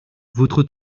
votre